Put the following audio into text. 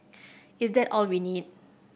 is that all we need